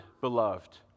beloved